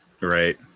right